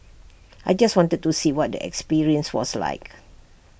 I just wanted to see what the experience was like